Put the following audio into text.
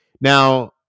Now